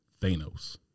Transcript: Thanos